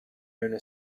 owner